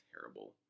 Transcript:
terrible